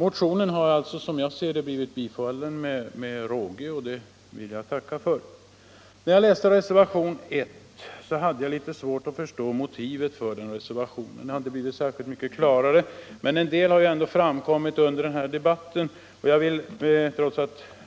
Motionen har alltså, som jag ser det, blivit tillstyrkt med råge, och jag vill tacka för det. När jag läste reservationen 1 hade jag litet svårt att förstå motivet för den, och det har inte blivit särskilt mycket klarare. En del har ändå framkommit under debatten, och jag vill, trots